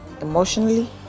emotionally